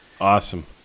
awesome